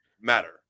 matter